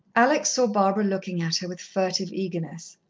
alex saw barbara looking at her with furtive eagerness.